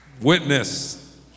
Witness